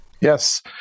yes